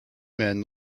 men